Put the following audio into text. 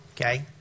Okay